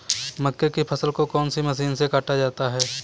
मक्के की फसल को कौन सी मशीन से काटा जाता है?